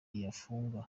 yafungwa